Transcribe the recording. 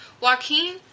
Joaquin